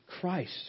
Christ